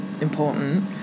important